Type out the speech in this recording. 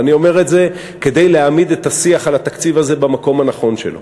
אני אומר את זה כדי להעמיד את השיח על התקציב הזה במקום הנכון שלו.